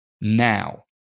now